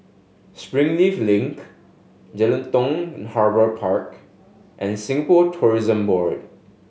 Springleaf Link Jelutung Harbour Park and Singapore Tourism Board